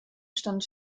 stand